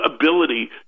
ability